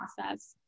process